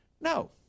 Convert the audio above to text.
no